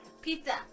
Pizza